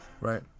Right